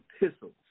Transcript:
epistles